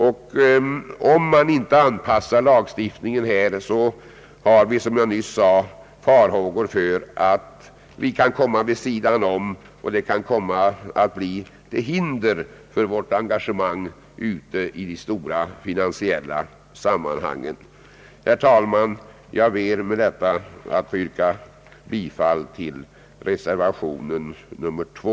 Om lagstiftningen inte anpassas på detta område, föreligger som jag nyss sade farhågor för att vi kan ställas vid sidan, och det kan leda till hinder för vårt engagemang i de stora finansiella sammanhangen. Jag ber, herr talman, att med detta få yrka bifall till reservation 2.